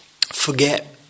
forget